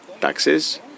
taxes